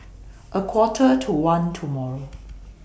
A Quarter to one tomorrow